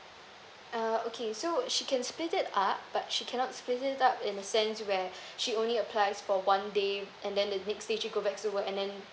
uh okay so she can split it up but she cannot split it up in the sense where she only applies for one day and then the next day she go back to work and then